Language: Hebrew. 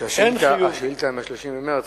השאילתא היא מ-30 במרס.